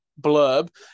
blurb